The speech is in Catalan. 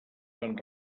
fan